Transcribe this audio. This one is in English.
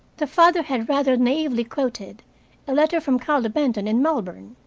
the father had rather naively quoted a letter from carlo benton in melbourne.